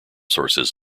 sources